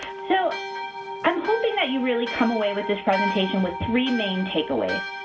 so i'm hoping that you really come away with this presentation with three main takeaways.